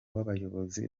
w’abayobozi